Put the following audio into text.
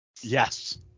Yes